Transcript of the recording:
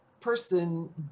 person